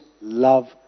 love